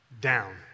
down